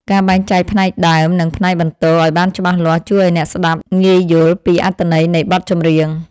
ការបែងចែកផ្នែកផ្ដើម និង ផ្នែកបន្ទរឱ្យបានច្បាស់លាស់ជួយឱ្យអ្នកស្ដាប់ងាយយល់ពីអត្ថន័យនៃបទចម្រៀង។